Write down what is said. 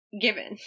given